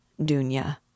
Dunya